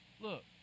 Look